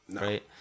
right